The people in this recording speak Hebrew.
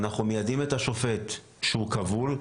ואנחנו מיידעים את השופט שהוא כבול,